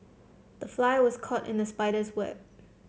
the fly was caught in the spider's web